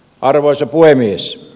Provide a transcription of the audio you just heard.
arvoisa puhemies